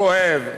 כואב,